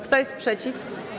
Kto jest przeciw?